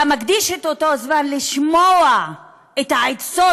אם היה מקדיש את אותו זמן לשמוע את העצות